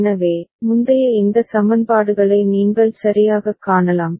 எனவே முந்தைய இந்த சமன்பாடுகளை நீங்கள் சரியாகக் காணலாம்